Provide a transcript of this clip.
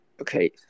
Okay